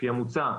לפי המוצע,